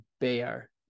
bear